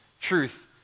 Truth